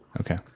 Okay